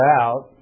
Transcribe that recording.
out